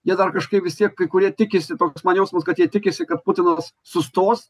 jie dar kažkaip vis tiek kai kurie tikisi toks man jausmas kad jie tikisi kad putinas sustos